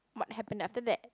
what happen after that